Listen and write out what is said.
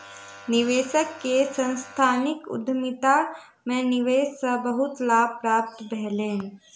निवेशक के सांस्थानिक उद्यमिता में निवेश से बहुत लाभ प्राप्त भेलैन